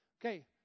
Okay